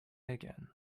again